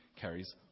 carries